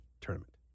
tournament